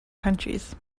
countries